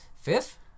Fifth